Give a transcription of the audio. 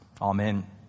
Amen